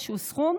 איזשהו סכום,